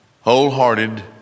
Whole-hearted